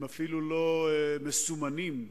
הם אפילו לא מסומנים כנשק,